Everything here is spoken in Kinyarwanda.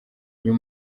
uyu